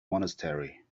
monastery